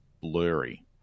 blurry